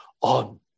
on